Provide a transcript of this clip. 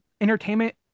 entertainment